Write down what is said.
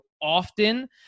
often